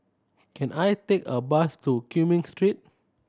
can I take a bus to Cumming Street